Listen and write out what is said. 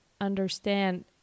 understand